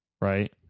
right